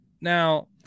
Now